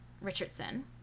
Richardson